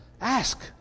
Ask